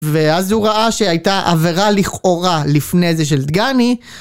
ואז הוא ראה שהייתה עבירה לכאורה לפני זה של דגני.